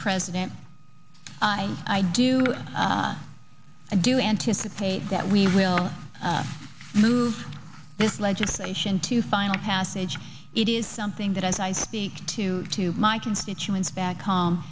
president i do i do anticipate that we will move this legislation to final passage it is something that as i speak to my constituents back home